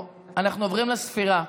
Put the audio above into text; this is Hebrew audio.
אנחנו עוברים לספירה.